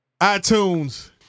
iTunes